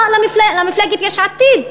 למפלגת יש עתיד,